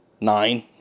Nine